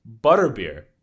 Butterbeer